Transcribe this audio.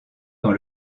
dans